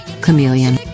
Chameleon